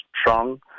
strong